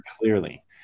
Clearly